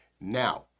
Now